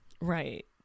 Right